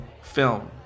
film